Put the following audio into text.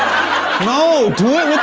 no, do it with